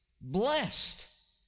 blessed